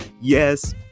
yes